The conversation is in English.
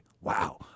Wow